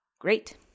Great